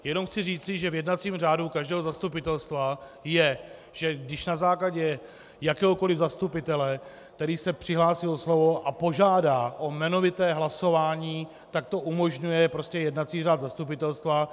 Jenom chci říci, že v jednacím řádu každého zastupitelstva je, že když na základě jakéhokoliv zastupitele, který se přihlásí o slovo a požádá o jmenovité hlasování, tak to umožňuje jednací řád zastupitelstva.